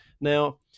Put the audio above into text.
now